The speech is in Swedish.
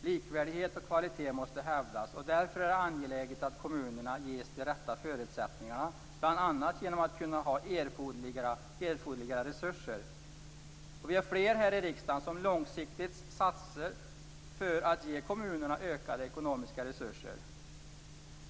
Likvärdighet och kvalitet måste hävdas, och därför är det angeläget att kommunerna ges de rätta förutsättningarna, bl.a. genom att de får erforderliga resurser. Vi är flera här i riksdagen som långsiktigt satsar för att ge kommunerna ökade ekonomiska resurser.